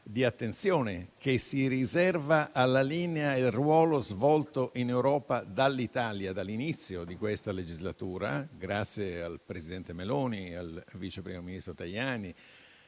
di attenzione che si riserva alla linea e al ruolo svolti in Europa dall'Italia dall'inizio di questa legislatura, grazie al presidente del Consiglio Meloni, al vice primo ministro Tajani